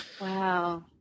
Wow